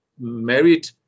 married